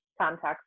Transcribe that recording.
contacts